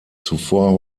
zuvor